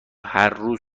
هرروز